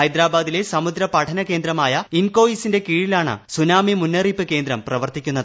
ഹൈദരബാദിലെ സമുദ്ര പഠന കേന്ദ്രമായ ഇൻകോയ്സിന്റെ കീഴിലാണ് സുനാമി മുന്നറിയിപ്പ് കേന്ദ്രം പ്രവർത്തിക്കുന്നത്